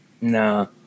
No